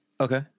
Okay